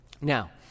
Now